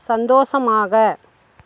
சந்தோஷமாக